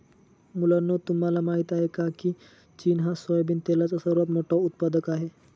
मुलांनो तुम्हाला माहित आहे का, की चीन हा सोयाबिन तेलाचा सर्वात मोठा उत्पादक आहे